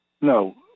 no